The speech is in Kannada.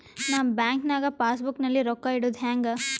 ನಾ ಬ್ಯಾಂಕ್ ನಾಗ ಪಾಸ್ ಬುಕ್ ನಲ್ಲಿ ರೊಕ್ಕ ಇಡುದು ಹ್ಯಾಂಗ್?